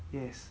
yes